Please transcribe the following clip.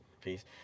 peace